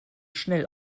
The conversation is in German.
schnell